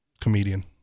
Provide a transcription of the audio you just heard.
Comedian